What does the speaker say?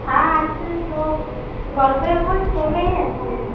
হ্যাঁ আছে সব গল্পের বই সবই আছে